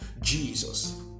Jesus